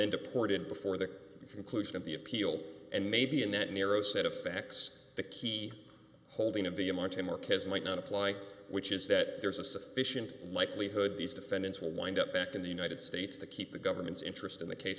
then deported before the conclusion of the appeal and maybe in that narrow set of facts the key holding of the amount to more kids might not apply which is that there's a sufficient likelihood these defendants will wind up back in the united states to keep the government's interest in the case